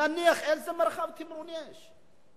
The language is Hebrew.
נניח, איזה מרחב תמרון יש?